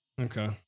Okay